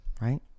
Right